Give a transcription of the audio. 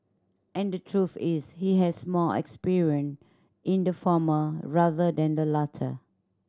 and the truth is he has more experience in the former rather than the latter